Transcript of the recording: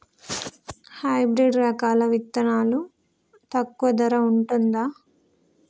Hybrid రకాల విత్తనాలు తక్కువ ధర ఉంటుందా?